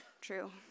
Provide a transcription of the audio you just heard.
True